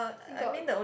got